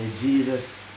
Jesus